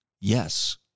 Yes